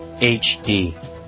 HD